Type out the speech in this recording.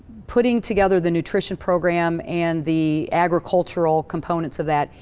putting together the nutrition program, and the agricultural components of that,